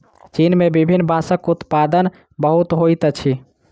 चीन में विभिन्न बांसक उत्पादन बहुत होइत अछि